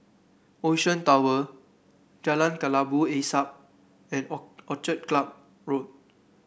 Ocean Tower Jalan Kelabu Asap and Orchid Club Road